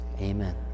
Amen